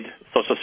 Social